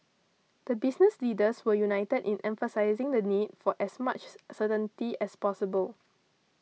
the business leaders were united in emphasising the need for as much certainty as possible